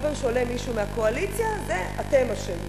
כל פעם שעולה מישהו מהקואליציה: בזה אתם אשמים.